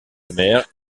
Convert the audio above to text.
mère